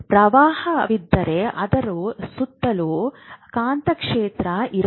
ಪ್ರವಾಹವಿದ್ದರೆ ಅದರ ಸುತ್ತಲೂ ಕಾಂತಕ್ಷೇತ್ರ ಇರಬೇಕು